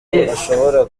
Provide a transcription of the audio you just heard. ashobora